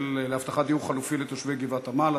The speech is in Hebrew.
להבטחת דיור חלופי לתושבי גבעת-עמל,